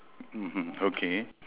mmhmm okay